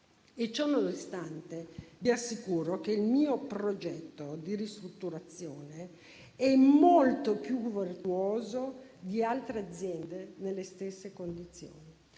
Ciononostante, vi assicuro che il mio progetto di ristrutturazione è molto più virtuoso di altre aziende nelle stesse condizioni.